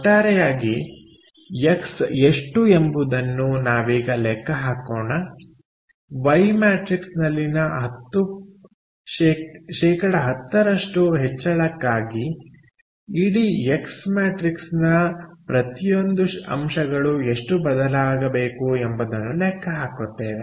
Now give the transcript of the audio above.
ಒಟ್ಟಾರೆಯಾಗಿ ಎಕ್ಸ್ ಎಷ್ಟು ಎಂಬುದನ್ನು ನಾವೀಗ ಲೆಕ್ಕ ಹಾಕೋಣ ವೈ ಮ್ಯಾಟ್ರಿಕ್ಸ್ನಲ್ಲಿನ 10 ಹೆಚ್ಚಳಕ್ಕಾಗಿ ಇಡೀ ಎಕ್ಸ್ ಮ್ಯಾಟ್ರಿಕ್ಸ್ನ ಪ್ರತಿಯೊಂದು ಅಂಶಗಳು ಎಷ್ಟು ಬದಲಾಗಬೇಕು ಎಂಬುದನ್ನು ಲೆಕ್ಕ ಹಾಕುತ್ತೇವೆ